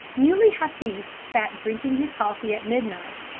muley hafiz sat drinking his coffee at midnight,